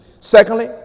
Secondly